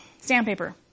sandpaper